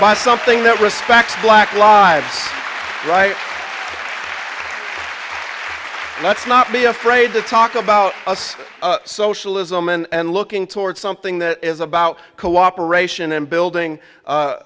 by something that respects black lives right let's not be afraid to talk about socialism and looking toward something that is about cooperation and building